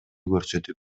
көрсөтүп